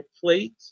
plate